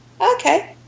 okay